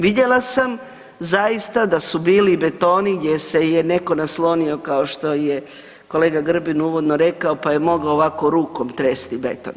Vidjela sam zaista da su bili betoni gdje se je netko naslonio kao što je kolega Grbin uvodno rekao, pa je mogao ovako rukom tresti beton.